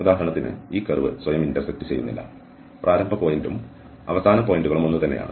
ഉദാഹരണത്തിന് ഈ കർവ് സ്വയം ഇന്റർസെക്റ്റ് ചെയ്യുന്നില്ല പ്രാരംഭ പോയിന്റും അവസാന പോയിന്റുകളും ഒന്നുതന്നെയാണ്